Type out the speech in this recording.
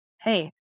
Hey